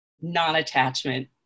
non-attachment